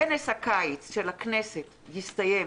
כנס הקיץ של הכנסת יסתיים